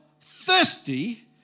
thirsty